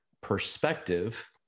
perspective